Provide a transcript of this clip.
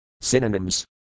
Synonyms